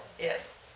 Yes